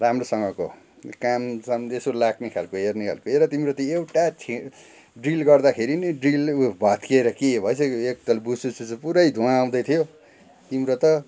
राम्रोसँगको कामसाम त्यो यसो लाग्ने खालको हेर्ने खालको हेर तिम्रो त एउटा छेँड ड्रिल गर्दाखेरि नि ड्रिल भत्किएर के भएछ के एक त भुसुसुसु पुरै धुँवा आउँदै थियो तिम्रो त